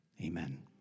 amen